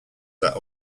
that